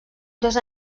dos